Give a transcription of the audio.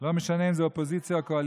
לא משנה אם זה אופוזיציה או קואליציה.